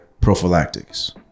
prophylactics